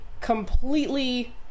completely